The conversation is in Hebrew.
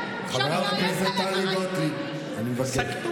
אוקיי, תשתיקו